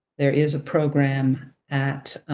there is a program at